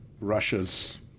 Russia's